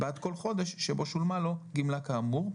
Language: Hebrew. בעד כל חודש שבו שולמה לו גמלה כאמור,